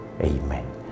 Amen